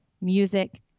music